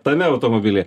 tame automobilyje